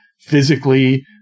physically